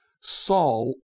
Saul